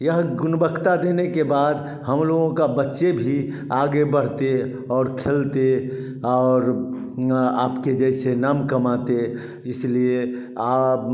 यह गुणवत्ता देने के बाद हम लोगों का बच्चे भी आगे बढ़ते और खेलते और आपके जैसे नाम कमाते इसलिए आप